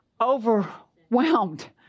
overwhelmed